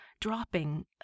dropping